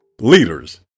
Leaders